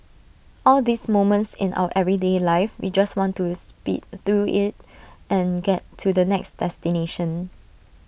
all these moments in our everyday life we just want to speed through IT and get to the next destination